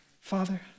Father